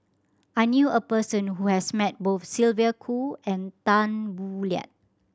I knew a person who has met both Sylvia Kho and Tan Boo Liat